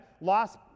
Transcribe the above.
lost